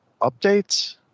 updates